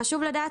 חשוב לדעת,